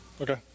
okay